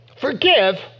forgive